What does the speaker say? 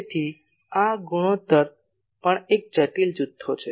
તેથી આ ગુણોત્તર પણ એક જટિલ જથ્થો છે